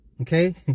Okay